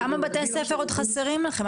כמה בתי ספר עוד חסרים לכם?